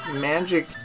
magic